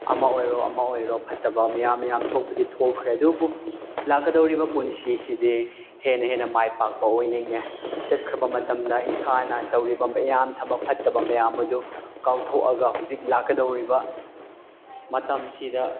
ꯑꯃ ꯑꯣꯏꯔꯣ ꯑꯃ ꯑꯣꯏꯔꯣ ꯐꯠꯇꯕ ꯃꯌꯥꯝ ꯌꯥꯝ ꯊꯣꯛꯄꯗꯤ ꯊꯣꯛꯈ꯭ꯔꯦ ꯑꯗꯨꯕꯨ ꯂꯥꯛꯀꯗꯧꯔꯤꯕ ꯄꯣꯟꯁꯤꯁꯤꯗꯤ ꯍꯦꯟꯅ ꯍꯦꯟꯅ ꯃꯥꯏ ꯄꯥꯛꯄ ꯑꯣꯏꯅꯤꯡꯉꯦ ꯆꯠꯈ꯭ꯔꯕ ꯃꯇꯝꯗ ꯏꯁꯥꯅ ꯇꯧꯔꯤꯕ ꯃꯌꯥꯝ ꯊꯕꯛ ꯐꯠꯇꯕ ꯃꯌꯥꯝ ꯑꯗꯨ ꯀꯥꯎꯊꯣꯛꯑꯒ ꯍꯧꯖꯤꯛ ꯂꯥꯛꯀꯗꯧꯔꯣꯕ ꯃꯇꯝꯁꯤꯗ